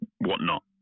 whatnot